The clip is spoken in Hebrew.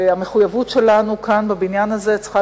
המחויבות שלנו כאן בבניין הזה צריכה